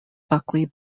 buckley